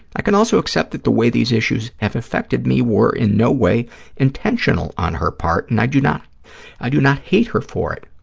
i can also accept that the way these issues have affected me were in no way intentional on her part and i do i do not hate her for it.